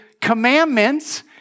commandments